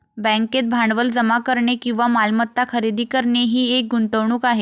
बँकेत भांडवल जमा करणे किंवा मालमत्ता खरेदी करणे ही एक गुंतवणूक आहे